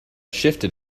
shifted